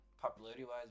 popularity-wise